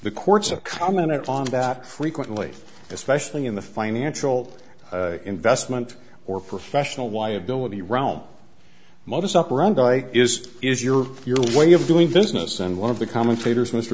the courts a comment on that frequently especially in the financial investment or professional y ability realm modus operandi is is your your way of doing business and one of the commentators m